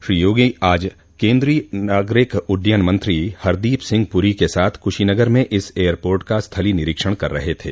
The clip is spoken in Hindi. श्री योगी आज केन्द्रीय नागरिक उड़डयन मंत्री हरदीप सिंह पूरी के साथ कूशीनगर में इस एयरपोर्ट का स्थलीय निरीक्षण कर रहे थे